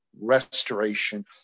restoration